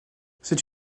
cette